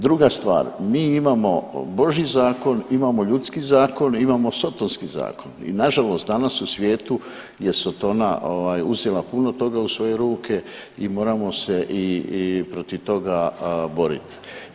Druga stvar, mi imao božji zakon, imamo ljudski zakon, imamo sotonski zakon i nažalost danas u svijetu je sotona uzela puno toga u svoje ruke i moramo se i protiv toga borit.